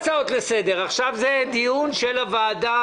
הצהרונים עד דצמבר בגלל שהם לא פתרו אותו,